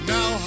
Now